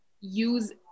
use